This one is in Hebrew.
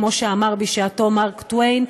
כמו שאמר בשעתו מארק טוויין,